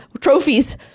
trophies